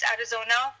Arizona